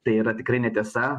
tai yra tikrai netiesa